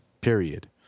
Period